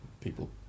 people